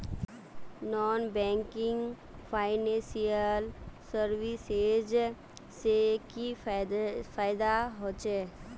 Non banking financial services से की फायदा होचे?